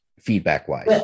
feedback-wise